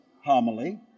homily